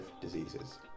diseases